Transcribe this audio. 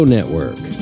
Network